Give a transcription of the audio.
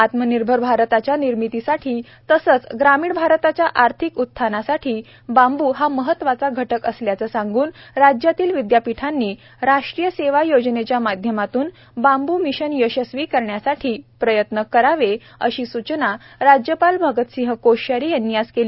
आत्मनिर्भर भारताच्या निर्मितीसाठी तसेच ग्रामीण भारताच्या आर्थिक उत्थानासाठी बांबू हा महत्वाचा घटक असल्याचे सांगून राज्यातील विद्यापीठांनी राष्ट्रीय सेवा योजनेच्या माध्यमातून बांबू मिशन यशस्वी करण्यासाठी प्रयत्न करावे अशी सूचना राज्यपाल भगतसिंह कोश्यारी यांनी आज केली